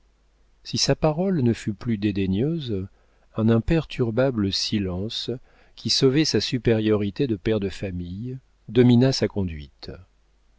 si sa parole ne fut plus dédaigneuse un imperturbable silence qui sauvait sa supériorité de père de famille domina sa conduite